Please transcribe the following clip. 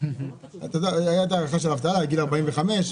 גיל 45,